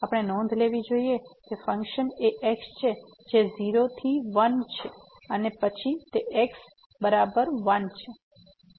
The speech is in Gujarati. આપણે નોંધ લેવી જોઈએ કે ફંક્શન એ x છે જે 0 થી 1 છે અને પછી તે x બરાબર 1 છે